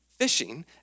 fishing